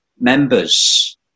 members